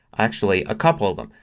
actually a couple of them.